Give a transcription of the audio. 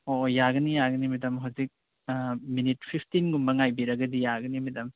ꯑꯣ ꯑꯣ ꯌꯥꯒꯅꯤ ꯌꯥꯒꯅꯤ ꯃꯦꯗꯥꯝ ꯍꯧꯖꯤꯛ ꯃꯤꯅꯤꯠ ꯐꯤꯐꯇꯤꯟꯒꯨꯝꯕ ꯉꯥꯏꯕꯤꯔꯒꯗꯤ ꯌꯥꯒꯅꯤ ꯃꯦꯗꯥꯝ